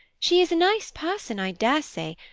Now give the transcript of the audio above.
she is a nice person, i dare say,